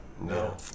No